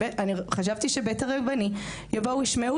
חשבתי שבית הדין הרבני יבואו ישמעו